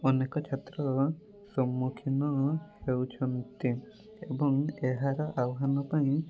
ଅନେକ ଛାତ୍ର ସମ୍ମୁଖୀନ ହେଉଛନ୍ତି ଏବଂ ଏହାର ଆହ୍ୱାନ ପାଇଁ